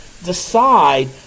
decide